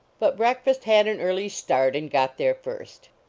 but breakfast had an early start and got there first.